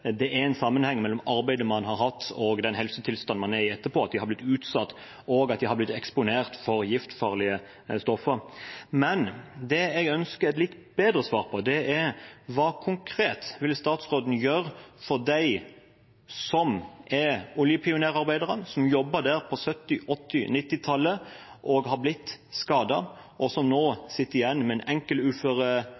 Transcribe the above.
de har blitt utsatt og eksponert for giftfarlige stoffer. Men det jeg ønsker et litt bedre svar på, er hva statsråden konkret vil gjøre for oljepionerarbeiderne, som jobbet der på 1970-, 1980- og 1990-tallet, og har blitt skadet, som nå sitter igjen med en enkel uføretrygd, og som